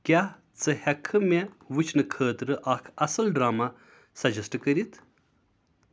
کیٛاہ ژٕ ہٮ۪کہٕ کھہٕ مےٚ وٕچھنہٕ خٲطرٕاکھ اَصٕل ڈرٛاما سجَسٹ کٔرِتھ